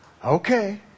okay